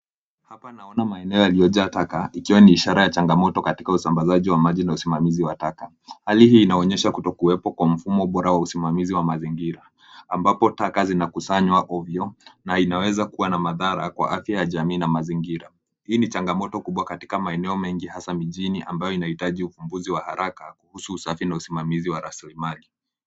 Hapa naona maeneo yaliyojaa taka ikiwa ni ishara ya changamoto katika usambazaji wa maji na usimamizi wa taka. Hali hii inaonyesha kutokuwepo kwa mfumo bora wa usimamizi wa mazingira ambapo taka zinakusanywa ovyo na inaweza kuwa na madhara kwa afya ya jamii na mazingira. Hii ni changamoto kubwa katika maeneo mengi hasa mijini ambayo inahitaji uvumbuzi wa haraka kuhusu uchafu na usimamizi wa rasilimali.